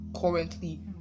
currently